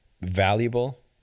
valuable